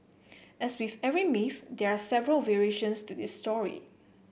as with every myth there are several variations to this story